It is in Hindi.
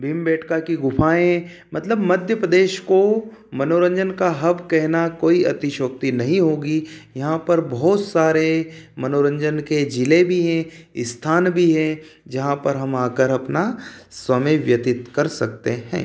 भीमबेटका की गुफाएँ मतलब मध्य प्रदेश को मनोरंजन का हब कहना कोई अतिशयोक्ति नहीं होगी यहाँ पर बहुत सारे मनोरंजन के जिले भी है स्थान भी है जहाँ पर हम यहाँ अपना समय व्यतीत कर सकते है